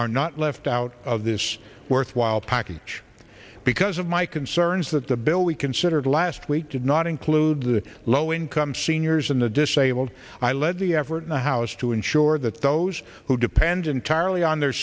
are not left out of this worthwhile package because of my concerns that the bill we considered last week did not include the low income seniors and the disabled i led the effort in the house to ensure that those who depend entirely on their